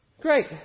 Great